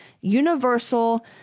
universal